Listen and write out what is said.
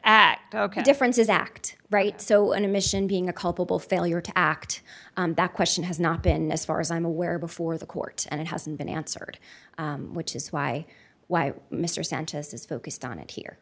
differences act right so an admission being a culpable failure to act that question has not been as far as i'm aware before the court and it hasn't been answered which is why why mr sanchez is focused on it here